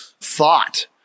thought